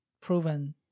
proven